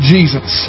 Jesus